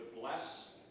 bless